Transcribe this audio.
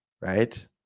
right